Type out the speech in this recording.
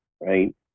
Right